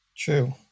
True